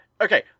Okay